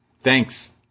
thanks